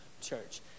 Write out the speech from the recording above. church